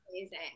Amazing